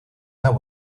that